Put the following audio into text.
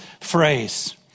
phrase